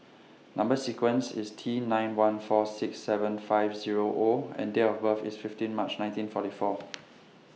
Number sequence IS T nine one four six seven five Zero O and Date of birth IS fifteen March nineteen forty four